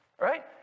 right